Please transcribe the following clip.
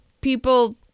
people